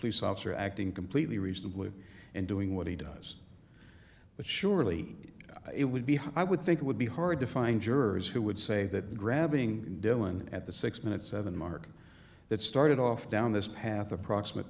police officer acting completely reasonably and doing what he does but surely it would be i would think it would be hard to find jurors who would say that grabbing dylan at the six minute seven mark that started off down this path the proximate